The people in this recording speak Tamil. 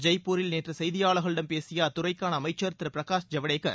ஜெய்ப்பூரில் நேற்று செய்தியாளர்களிடம் பேசிய அத்தறைக்கான அமைச்சர் திரு பிரகாஷ் ஜவ்டேகர்